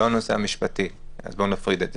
לא על הנושא המשפטי, אז בוא נפריד את זה.